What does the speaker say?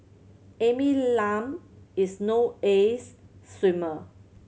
Amy Lam is no ace swimmer